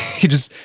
he'd just,